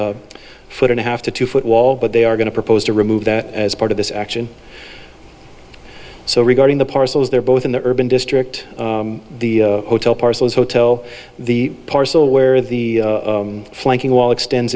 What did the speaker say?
a foot and a half to two foot wall but they are going to propose to remove that as part of this action so regarding the parcels they're both in the urban district the hotel parcels hotel the parcel where the flanking wall extends